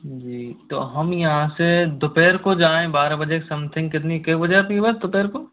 जी तो हम यहाँ से दोपहर को जाएं बारह बजे के समथिंग केतनी के बजे आती है बस दोपहर को